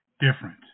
different